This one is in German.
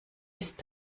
ist